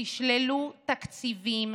תשללו תקציבים,